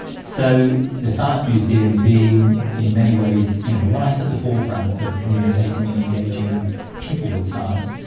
so the science museum being in many ways you know right at the forefront of communicating and engaging people with science,